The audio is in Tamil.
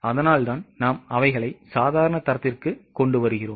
அதனால்தான் நாம் அவைகளை சாதாரண தரத்திற்கு கொண்டு வருகிறோம்